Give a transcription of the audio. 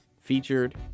featured